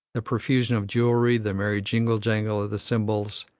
the profusion of jewellery, the merry jingle-jangle of the cymbals,